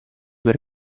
per